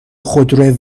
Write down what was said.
خودروی